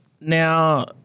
Now